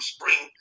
Spring